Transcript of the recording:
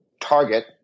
target